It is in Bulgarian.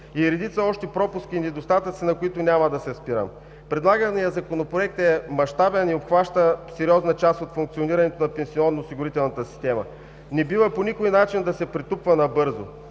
и редица още пропуски и недостатъци, на които няма да се спирам. Предлаганият Законопроект е мащабен и обхваща сериозна част от функционирането на пенсионно-осигурителната система. Не бива по никой начин да се претупва набързо.